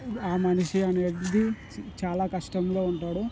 ఆ మనిషి అనేటిది చాలా కష్టంలో ఉంటాడు